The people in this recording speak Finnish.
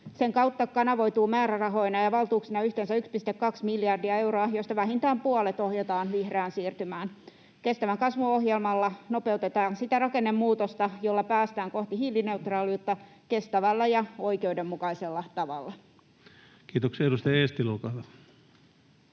Sen kautta kanavoituu määrärahoina ja valtuuksina yhteensä 1,2 miljardia euroa, joista vähintään puolet ohjataan vihreään siirtymään. Kestävän kasvun ohjelmalla nopeutetaan sitä rakennemuutosta, jolla päästään kohti hiilineutraaliutta kestävällä ja oikeudenmukaisella tavalla. Kiitoksia. — Edustaja Eestilä, olkaa